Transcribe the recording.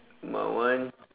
my one